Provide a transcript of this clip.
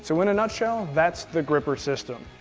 so in a nutshell, that's the grr-ripper system.